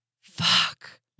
Fuck